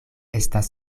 estas